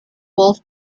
wolf